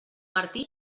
martí